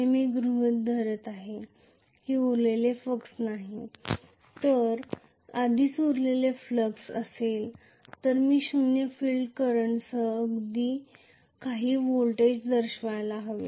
हे मी गृहित धरत आहे की उरलेले फ्लक्स नाही जर आधीच उरलेले फ्लक्स असेल तर मी शून्य फील्ड करंटसह अगदी काही व्होल्टेज दर्शवायला हवे